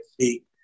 see